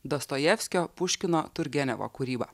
dostojevskio puškino turgenevo kūryba